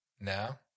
Now